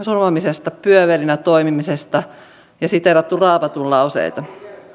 surmaamisesta pyövelinä toimimisesta ja siteerattu raamatun lauseita